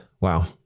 wow